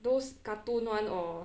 those cartoon [one] or